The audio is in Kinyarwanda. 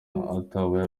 ataba